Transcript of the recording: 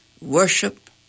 worship